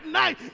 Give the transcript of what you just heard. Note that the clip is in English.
night